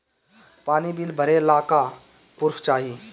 पानी बिल भरे ला का पुर्फ चाई?